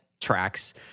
tracks